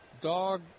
dog